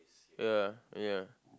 ya ya